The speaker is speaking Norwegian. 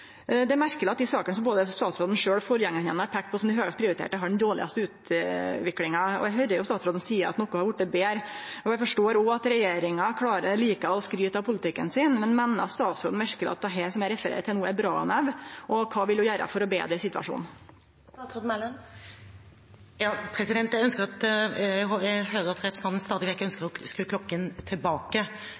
Det er merkeleg at dei sakene som både statsråden sjølv og forgjengarane hennar peikte på som dei høgast prioriterte, har den dårlegaste utviklinga. Eg høyrer statsråden seier at noko har vorte betre, og eg forstår òg at regjeringa liker å skryte av politikken sin. Men meiner statsråden verkeleg at dette som eg refererer til no, er bra nok, og kva vil ho gjere for å betre situasjonen? Jeg hører at representanten stadig vekk ønsker å skru klokken tilbake til den gangen politiet var bedre på å